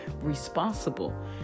responsible